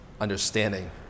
understanding